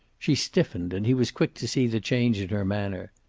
she stiffened and he was quick to see the change in her manner.